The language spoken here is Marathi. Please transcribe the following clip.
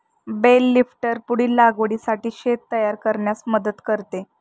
बेल लिफ्टर पुढील लागवडीसाठी शेत तयार करण्यास मदत करते